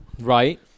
Right